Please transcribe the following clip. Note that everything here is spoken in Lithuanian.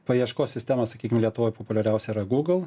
paieškos sistema sakykim lietuvoj populiariausia yra google